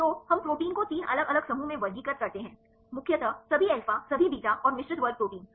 तो हम प्रोटीन को 3 अलग अलग समूहों में वर्गीकृत करते हैं मुख्यतः सभी अल्फा सभी बीटा और मिश्रित वर्ग प्रोटीन